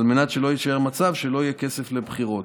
על מנת שלא יקרה מצב שבו לא ייוותר לסיעות תקציב מספיק לבחירות.